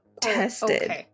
tested